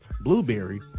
Blueberry